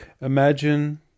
imagine